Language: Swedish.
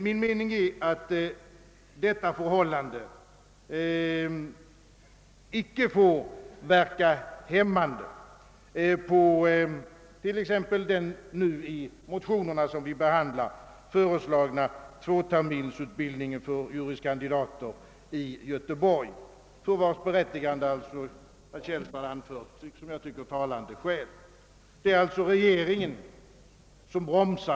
Min mening är, att detta förhållande icke får verka hämmande på t.ex. den i de motioner vi nu behandlar föreslagna tvåterminsutbildningen för juris kandidater i Göteborg, för vars berättigande herr Källstad anfört enligt min mening talande skäl. Det är alltså regeringen som bromsar.